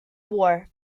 war